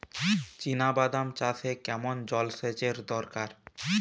চিনাবাদাম চাষে কেমন জলসেচের দরকার?